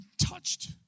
touched